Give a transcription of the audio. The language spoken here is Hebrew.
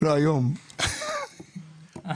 בניגוד למה שמשרד הבריאות אמר, לא מקבלים שקל